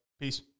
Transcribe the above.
Peace